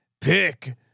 Pick